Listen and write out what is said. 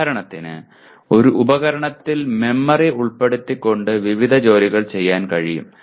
ഉദാഹരണത്തിന് ഒരു ഉപകരണത്തിൽ മെമ്മറി ഉൾപ്പെടുത്തിക്കൊണ്ട് വിവിധ ജോലികൾ ചെയ്യാൻ കഴിയും